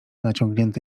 naciągnięty